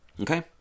Okay